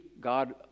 God